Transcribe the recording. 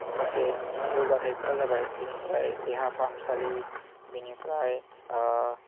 माखासे जौगाथायफोरा जाबाय बेनिफ्राय देहा फाहामसालि बेनिफ्राय